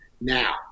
now